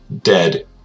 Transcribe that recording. dead